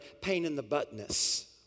pain-in-the-buttness